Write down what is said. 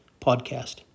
podcast